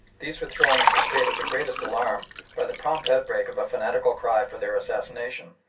these were thrown into a state of the greatest alarm by the prompt outbreak of a fanatical cry for their assassination.